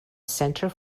center